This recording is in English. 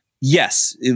yes